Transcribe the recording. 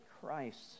Christ